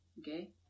okay